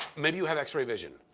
maybe you have x-ray vision.